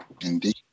indeed